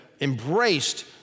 embraced